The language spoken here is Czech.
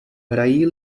hrají